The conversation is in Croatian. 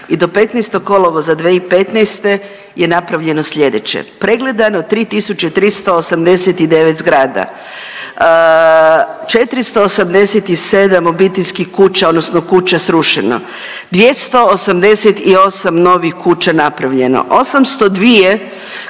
i do 15. kolovoza 2015. je napravljeno sljedeće: pregledano 3389 zgrada, 487 obiteljskih kuća, odnosno kuća srušeno, 288 novih kuća napravljeno, 802 kuće,